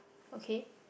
okay